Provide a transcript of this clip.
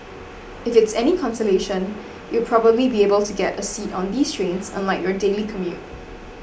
if it's any consolation you'll probably be able to get a seat on these trains unlike your daily commute